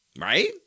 Right